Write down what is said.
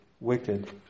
wicked